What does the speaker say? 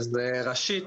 ראשית,